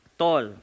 tall